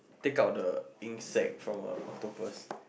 take out the ink sack on a octopus